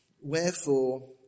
Wherefore